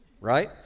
right